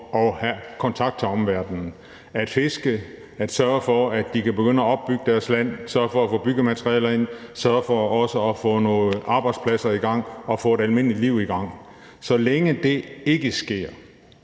at have kontakt til omverdenen, at de kan fiske, kan begynde at opbygge deres land, kan få byggematerialer ind og få gang i nogle arbejdspladser og få gang i et almindeligt liv. Så længe det ikke sker,